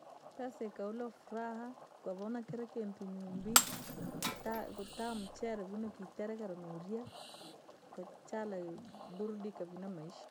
Pesa ikaula furaha, ukavaa na kiraa kintuu nyuumbi, kutaa kutaa mchere vinu nokiterekera nooria, ukachala burudikaa vii na maisha.